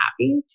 happy